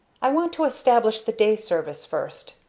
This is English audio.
i want to establish the day service first,